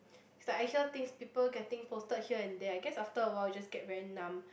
it's like I hear things people getting posted here and there I guess after a while you just get very numb